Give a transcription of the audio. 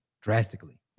drastically